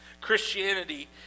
Christianity